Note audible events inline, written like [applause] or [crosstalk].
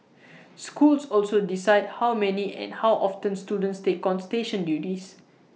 [noise] schools also decide how many and how often students take on station duties